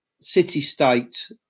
city-state